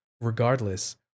regardless